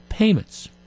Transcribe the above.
payments